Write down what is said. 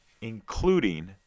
including